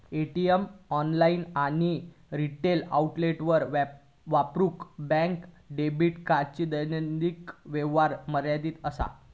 ATM, online आणि retail आउटलेटवर वापरूक बँक डेबिट कार्डची दैनिक व्यवहार मर्यादा असा